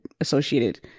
associated